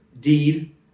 deed